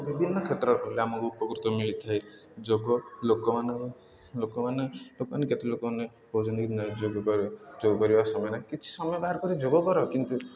ବିଭିନ୍ନ କ୍ଷେତ୍ର ହେଲେ ଆମକୁ ଉପକୃତ ମିଳିଥାଏ ଯୋଗ ଲୋକମାନଙ୍କୁ ଲୋକମାନେ ଲୋକମାନେ କେତେ ଲୋକମାନେ କହୁଛନ୍ତି ନାହିଁ ଯୋଗ କରେ ଯୋଗ କରିବା ସମୟ ନାହିଁ କିଛି ସମୟ ବାହାର କରି ଯୋଗ କର କିନ୍ତୁ